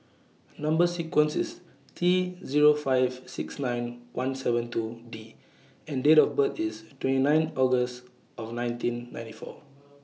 Number sequence IS T Zero five six nine one seven two D and Date of birth IS twenty nine August of nineteen ninety four